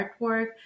artwork